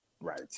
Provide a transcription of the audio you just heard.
right